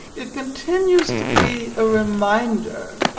it continues to be a reminder,